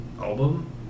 album